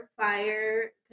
fire